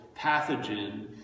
pathogen